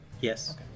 yes